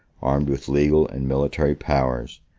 armed with legal and military powers,